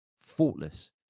faultless